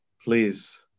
please